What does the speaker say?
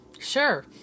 sure